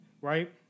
right